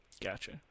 Gotcha